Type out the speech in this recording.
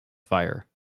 fire